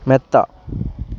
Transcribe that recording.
മെത്ത